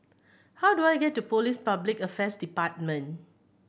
how do I get to Police Public Affairs Department